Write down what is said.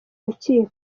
rukiko